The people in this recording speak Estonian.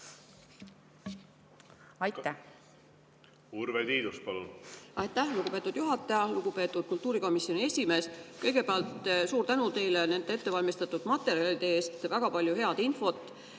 läinud. Urve Tiidus, palun! Aitäh, lugupeetud juhataja! Lugupeetud kultuurikomisjoni esimees! Kõigepealt suur tänu teile nende ettevalmistatud materjalide eest – väga palju head infot!